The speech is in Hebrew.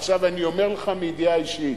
עכשיו, אני אומר לך מידיעה אישית: